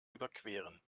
überqueren